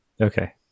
Okay